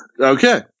Okay